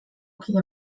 kide